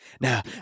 Now